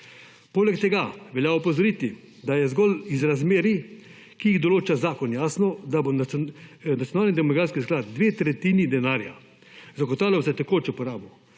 Poleg tega velja opozoriti, da je zgolj iz razmerij, ki jih določa zakon, jasno, da bo nacionalni demografski sklad dve tretjini denarja zagotavljal za tekočo porabo,